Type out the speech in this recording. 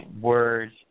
Words